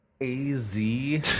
A-Z